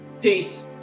Peace